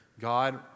God